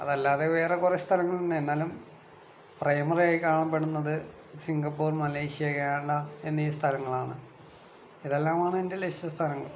അതല്ലാതെ വേറെ കുറെ സ്ഥലങ്ങളൊണ്ട് എന്നാലും പ്രൈമറിയായി കാണപ്പെടുന്നത് സിംഗപ്പൂർ മലേഷ്യ ഉഗാണ്ട എന്നീ സ്ഥലങ്ങളാണ് ഇതെല്ലാമാണ് എൻ്റെ ലക്ഷ്യസ്ഥാനങ്ങള്